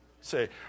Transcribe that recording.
Say